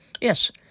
Yes